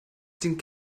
den